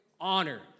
Honor